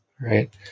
right